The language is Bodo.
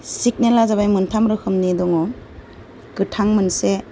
सिगनेला जाबाय मोनथाम रोखोमनि दङ गोथां मोनसे